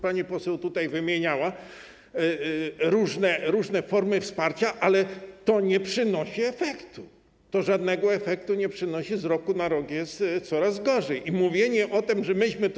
Pan poseł tutaj wymieniała różne formy wsparcia, ale to nie przynosi efektu, to żadnego efektu nie przynosi, z roku na rok jest coraz gorzej i mówienie o tym, że myśmy to.